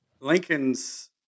lincoln's